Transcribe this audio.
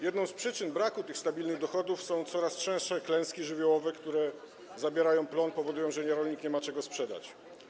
Jedną z przyczyn braku tych stabilnych dochodów są coraz częstsze klęski żywiołowe, które zabierają plony, powodują, że rolnik nie ma czego sprzedać.